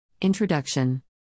Introduction